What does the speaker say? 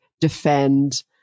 defend